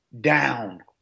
down